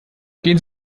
gehen